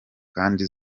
kandi